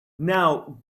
now